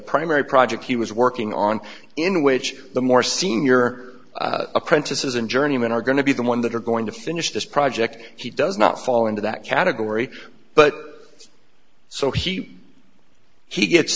primary project he was working on in which the more senior apprentices and journeyman are going to be the one that are going to finish this project he does not fall into that category but so he he gets